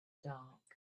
dark